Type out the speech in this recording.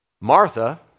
Martha